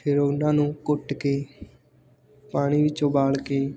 ਫਿਰ ਉਹਨਾਂ ਨੂੰ ਕੁੱਟ ਕੇ ਪਾਣੀ ਵਿੱਚ ਉਬਾਲ ਕੇ